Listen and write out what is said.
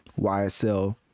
YSL